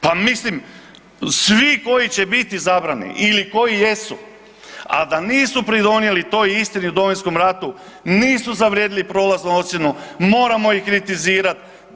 Pa mislim svi koji će biti izabrani ili koji jesu, a da nisu pridonijeli toj istini u Domovinskom ratu nisu zavrijedili prolaznu ocjenu, moramo ih kritizirat.